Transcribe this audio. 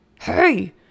Hey